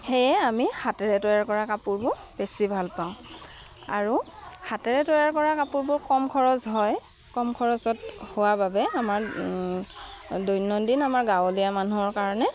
সেয়ে আমি হাতেৰে তৈয়াৰ কৰা কাপোৰবোৰ বেছি ভাল পাওঁ আৰু হাতেৰে তৈয়াৰ কৰা কাপোৰবোৰ কম খৰচ হয় কম খৰচত হোৱা বাবে আমাৰ দৈনন্দিন আমাৰ গাঁৱলীয়া মানুহৰ কাৰণে